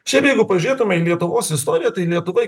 šiaip jeigu pažiūrėtume į lietuvos istoriją tai lietuva